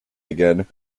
again